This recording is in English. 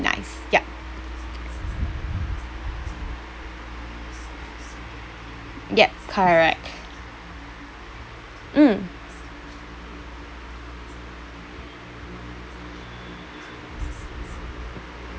nice yup yup correct mm